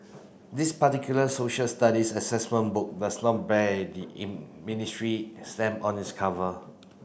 this particular Social Studies Assessment Book does not bear the ministry stamp on its cover